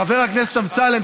חבר הכנסת אמסלם,